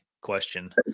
question